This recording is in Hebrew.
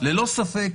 ללא ספק